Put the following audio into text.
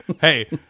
hey